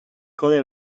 kode